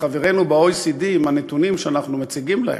חברינו ב-OECD עם הנתונים שאנחנו מציגים להם.